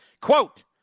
Quote